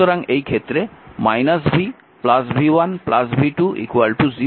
সুতরাং এই ক্ষেত্রে v v1 v2 0